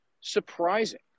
surprising